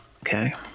Okay